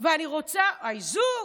ואני רוצה, מה עם האיזוק?